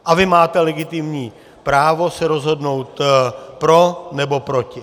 A vy máte legitimní právo se rozhodnout pro, nebo proti.